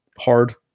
hard